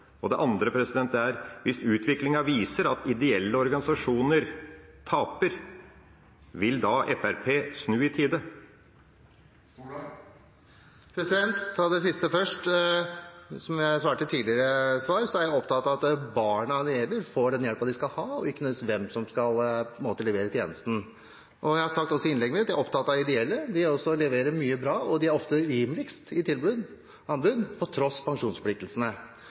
spørsmålet. Det andre er: Hvis utviklingen viser at ideelle organisasjoner taper, vil da Fremskrittspartiet snu i tide? Jeg tar det siste først: Som jeg sa i et tidligere svar, er jeg opptatt av at det er barna og den hjelpen de skal ha, det gjelder – ikke nødvendigvis hvem som skal levere tjenesten. Jeg har også sagt i innlegget mitt at jeg er opptatt av de ideelle. De leverer mye bra, og de har ofte rimeligst anbud på tross av pensjonsforpliktelsene.